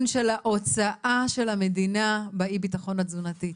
של ההוצאה של המדינה באי-ביטחון התזונתי,